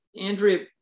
Andrea